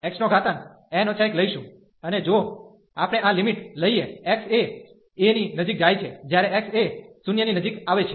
તેથી આપણે આ gxxn 1 લઈશું અને જો આપણે આ લિમિટ લઈએ x એ a ની નજીક જાય છે જ્યારે x એ 0 ની નજીક આવે છે